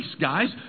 guys